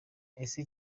ese